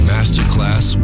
Masterclass